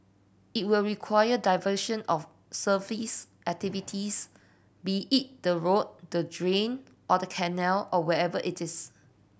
it will require diversion of surface activities be it the road the drain or the canal or whatever it is